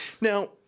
Now